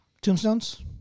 tombstones